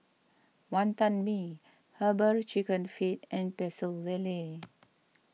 Wantan Mee Herbal Chicken Feet and Pecel Lele